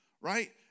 Right